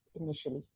initially